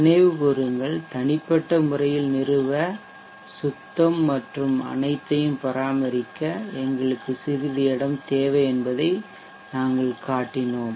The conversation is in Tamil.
நினைவு கூருங்கள் தனிப்பட்ட முறையில் நிறுவ சுத்தம் மற்றும் அனைத்தையும் பராமரிக்க எங்களுக்கு சிறிது இடம் தேவை என்பதை நாங்கள் சுட்டிக்காட்டினோம்